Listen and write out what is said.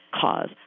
cause